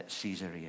Caesarea